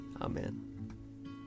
Amen